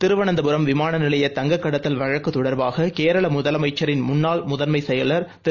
திருவனந்தபுரம் விமானநிலைய தங்கக்கடத்தல் வழக்குதொடர்பாககேரளமுதலமைச்சரின் முன்னாள் முதன்மைச் செயலர் திரு